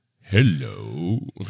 Hello